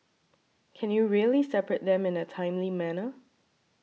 can you really separate them in a timely manner